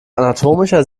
anatomischer